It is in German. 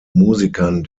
musikern